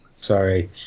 Sorry